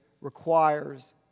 requires